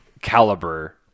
caliber